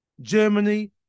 Germany